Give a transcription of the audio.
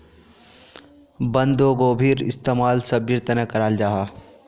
बन्द्गोभीर इस्तेमाल सब्जिर तने कराल जाहा